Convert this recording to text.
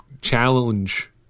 challenge